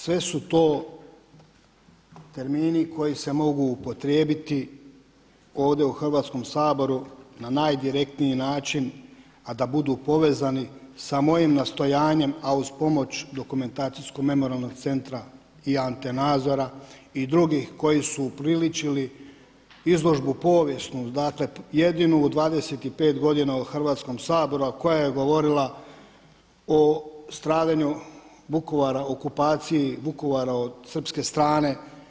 Sve su to termini koji se mogu upotrijebiti ovdje u Hrvatskom saboru na najdirektniji način, a da budu povezani sa mojim nastojanjem, a uz pomoć Dokumentacijsko-memoralnog centra i Ante Nazora i drugih koji su upriličili izložbu povijesnu, dakle jedinu u 25 godina u Hrvatskom saboru, a koja je govorila o stradanju Vukovara, okupaciji Vukovara od srpske strane.